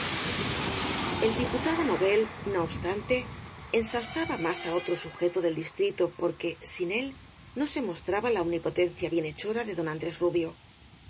el diputado novel no obstante ensalzaba más á otro sujeto del distrito porque sin él no se mos traba la omnipotencia bienhechora de don andrés rubio